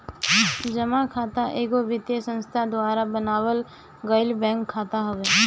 जमा खाता एगो वित्तीय संस्था द्वारा बनावल गईल बैंक खाता हवे